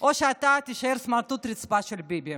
או שאתה תישאר סמרטוט רצפה של ביבי.